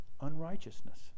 unrighteousness